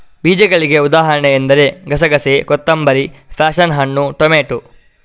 ಬೀಜಗಳಿಗೆ ಉದಾಹರಣೆ ಎಂದರೆ ಗಸೆಗಸೆ, ಕೊತ್ತಂಬರಿ, ಪ್ಯಾಶನ್ ಹಣ್ಣು, ಟೊಮೇಟೊ